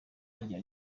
rya